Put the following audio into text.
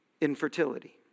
infertility